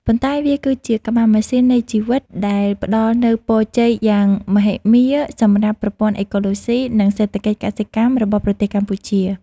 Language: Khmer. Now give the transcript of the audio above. ប៉ុន្តែវាគឺជា ក្បាលម៉ាស៊ីននៃជីវិត ដែលផ្តល់នូវពរជ័យយ៉ាងមហិមាសម្រាប់ប្រព័ន្ធអេកូឡូស៊ី និងសេដ្ឋកិច្ចកសិកម្មរបស់ប្រទេសកម្ពុជា។